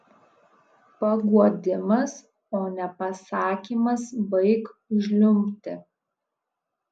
paguodimas o ne pasakymas baik žliumbti